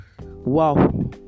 Wow